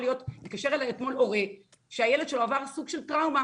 התקשר אלי אתמול הורה שהילד שלו עבר סוג של טראומה